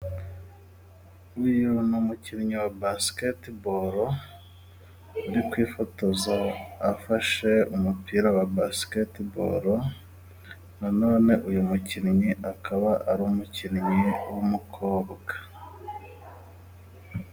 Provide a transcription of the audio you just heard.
Uyu ni umukinnyi wa basiketibolo uri kwifotoza, afashe umupira wa basiketibolo, na none uyu mukinnyi akaba ari umukinnyi w'umukobwa.